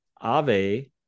Ave